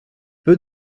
peu